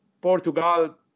Portugal